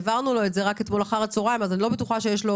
העברנו לו את זה רק אתמול אחר הצוהריים אז אני לא בטוחה שיש לו